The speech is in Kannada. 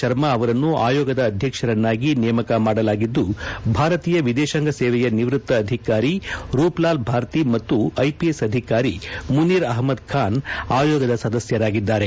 ಶರ್ಮಾ ಅವರನ್ನು ಆಯೋಗದ ಅಧ್ಯಕ್ಷರನ್ನಾಗಿ ನೇಮಕ ಮಾಡಲಾಗಿದ್ದು ಭಾರತೀಯ ವಿದೇಶಾಂಗ ಸೇವೆಯ ನಿವೃತ್ತ ಅಧಿಕಾರಿ ರೂಪ್ಲಾಲ್ ಭಾರ್ತಿ ಮತ್ತು ಐಪಿಎಸ್ ಅಧಿಕಾರಿ ಮುನೀರ್ ಅಹಮದ್ ಖಾನ್ ಆಯೋಗದ ಸದಸ್ಟರಾಗಿದ್ದಾರೆ